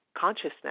consciousness